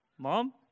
Mom